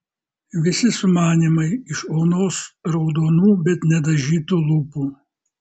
visi sumanymai iš onos raudonų bet nedažytų lūpų